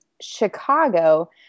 Chicago